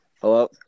Hello